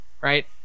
right